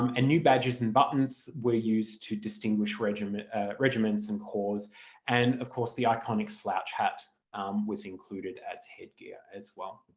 um and new badges and buttons were used to distinguish regiments regiments and corps and of course the iconic slouch that was included as head gear as well.